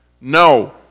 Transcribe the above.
No